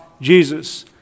Jesus